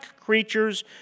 Creatures